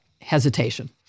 hesitation